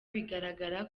bigaragara